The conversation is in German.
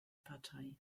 partei